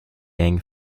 yang